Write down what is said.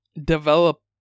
develop